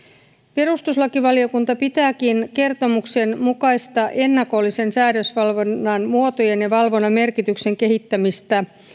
perustuslakivaliokunta pitääkin kertomuksen mukaista ennakollisen säädösvalvonnan muotojen ja valvonnan merkityksen kehittämistä